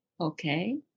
okay